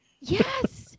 Yes